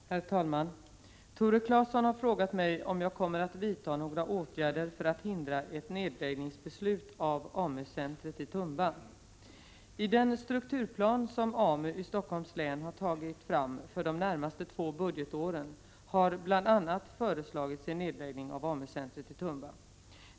Herr talman! Tore Claeson har frågat mig om jag kommer att vidta några åtgärder för att förhindra ett nedläggningsbeslut av AMU-centret i Tumba. I den strukturplan som AMU i Stockholms län har tagit fram för de närmaste två budgetåren har bl.a. föreslagits en nedläggning av AMU centret i Tumba.